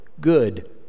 good